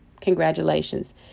congratulations